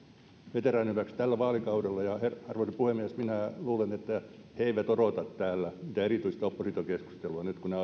veteraanien hyväksi tällä vaalikaudella ja arvoisa puhemies minä luulen että he eivät odota täällä mitään erityistä oppositiokeskustelua nyt kun ne